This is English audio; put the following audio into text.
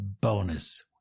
bonus